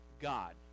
God